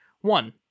One